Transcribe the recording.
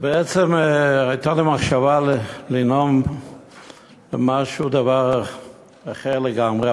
בעצם הייתה לי מחשבה לנאום על דבר אחר לגמרי,